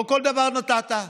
לא כל דבר נתת,